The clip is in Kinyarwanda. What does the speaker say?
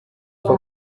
upfa